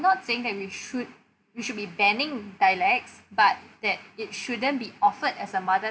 not saying that we should we should be banning dialects but that it shouldn't be offered as a mother